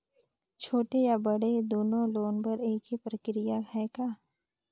छोटे या बड़े दुनो लोन बर एक ही प्रक्रिया है का?